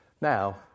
Now